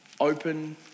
Open